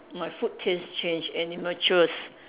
my food taste change and it matures